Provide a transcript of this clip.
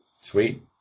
Sweet